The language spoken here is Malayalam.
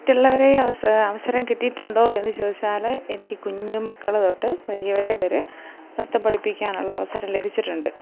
മറ്റുള്ളവരെ അവസരം കിട്ടിയിട്ടുണ്ടോ എന്ന് ചോദിച്ചാൽ എനിക്ക് കുഞ്ഞ് മക്കൾ തൊട്ട് വലിയവരെ വരെ നൃത്തം പഠിപ്പിക്കാനുള്ള അവസരം ലഭിച്ചിട്ടുണ്ട്